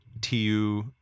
TU